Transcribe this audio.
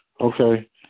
Okay